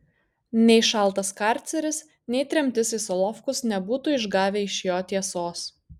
nei šaltas karceris nei tremtis į solovkus nebūtų išgavę iš jo tiesos